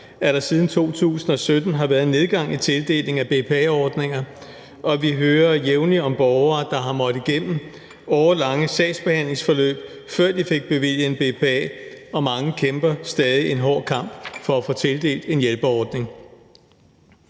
at der siden 2017 har været en nedgang i tildelingen af BPA-ordninger, og vi hører jævnligt om borgere, der har måttet gå igennem årelange sagsbehandlingsforløb, før de fik bevilget en BPA-ordning. Og mange kæmper stadig en hård kamp for at få tildelt en hjælpeordning.